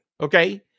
okay